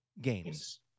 games